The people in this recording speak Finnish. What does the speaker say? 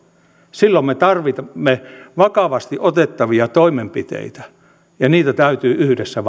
silloin me tarvitsemme vakavasti otettavia toimenpiteitä ja niitä täytyy yhdessä